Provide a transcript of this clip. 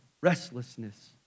restlessness